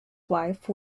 wife